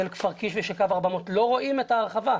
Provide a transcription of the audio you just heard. של כפר קיש ושל קו 400, לא רואים את ההרחבה.